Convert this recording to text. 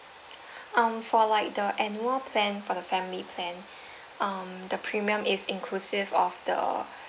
um for like the annual plan for the family plan um the premium is inclusive of the